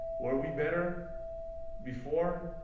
were we better before,